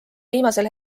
viimasel